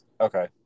Okay